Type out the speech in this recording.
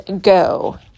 go